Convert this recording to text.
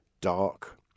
dark